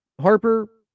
Harper